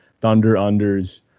Thunder-unders